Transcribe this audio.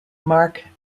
mark